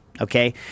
Okay